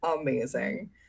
Amazing